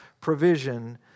provision